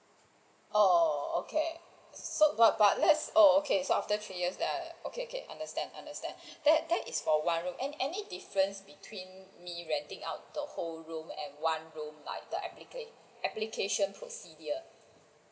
oh okay so but but let's oh okay so after three years then I okay okay understand understand that that is for one room an~ any difference between me renting out the whole flat and one room like the app~ application procedure